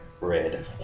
red